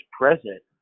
present